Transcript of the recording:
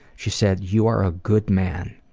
she said, you are a good man.